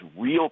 real